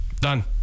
done